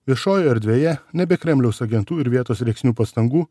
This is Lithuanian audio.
viešojoje erdvėje nebe kremliaus agentų ir vietos rėksnių pastangų